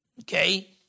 Okay